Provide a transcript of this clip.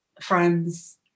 friends